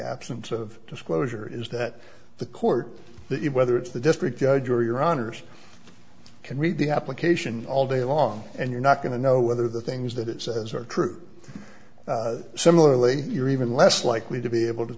absence of disclosure is that the court it whether it's the district judge or your honour's can read the application all day long and you're not going to know whether the things that it says are true similarly you're even less likely to be able to